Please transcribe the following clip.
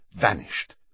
vanished